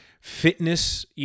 fitness